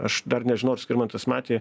aš dar nežinau ar skirmantas matė